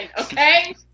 okay